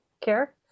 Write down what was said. care